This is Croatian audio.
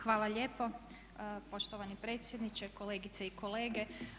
Hvala lijepo poštovani predsjedniče, kolegice i kolege.